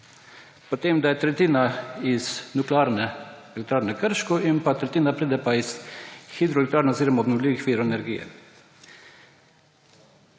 Šoštanj, da je tretjina iz Nuklearne elektrarne Krško in tretjina pride iz hidroelektrarn oziroma obnovljivih virov energije.